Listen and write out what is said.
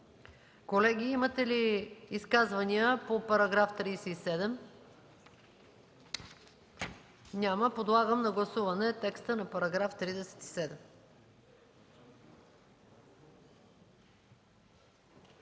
Колеги, имате ли изказвания по §37? Няма. Подлагам на гласуване текста на § 37.